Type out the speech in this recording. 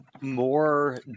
more